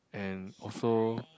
and also